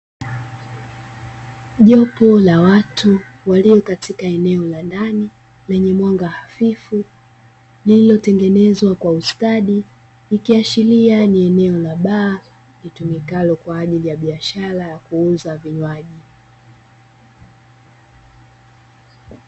Jopo la watu walio katika eneo la ndani lenye mwanga hafifu lililotengenezwa kwa ustadi, likiashiria ni eneo la baa litumikalo kwa ajili ya biashara ya kuuza vinywaji.